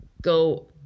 go